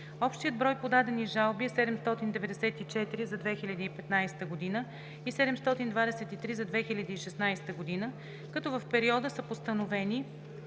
Общият брой подадени жалби е 794 за 2015 г. и 723 за 2016 г., като в периода са постановени